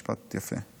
משפט יפה.